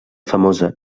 famosa